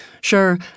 Sure